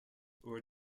were